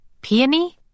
Peony